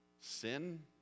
sin